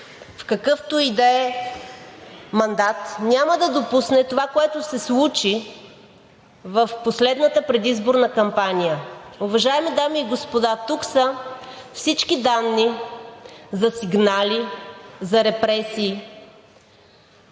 в какъвто и да е мандат, няма да допусне това, което се случи в последната предизборна кампания. Уважаеми дами и господа, тук са всички данни за сигнали за репресии